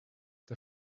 der